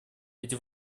эти